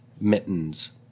mittens